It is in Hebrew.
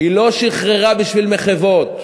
היא לא שחררה בשביל מחוות.